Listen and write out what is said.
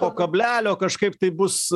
po kablelio kažkaip tai bus